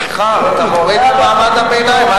סליחה, אתה מוריד ממעמד הביניים.